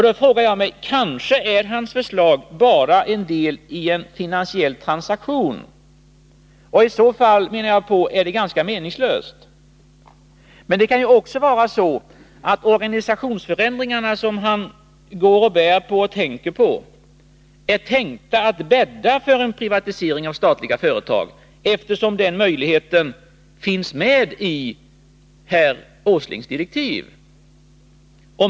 Då frågar jag mig: Kanske är hans förslag bara en del i en finansiell transaktion? I så fall är det ganska meningslöst. Men det kan ju också vara så att organisationsförändringarna, som han går och tänker på, är avsedda att bädda för en privatisering av statliga företag, eftersom den möjligheten finns med i herr Åslings direktiv.